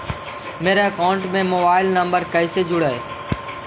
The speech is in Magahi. मेरा अकाउंटस में मोबाईल नम्बर कैसे जुड़उ?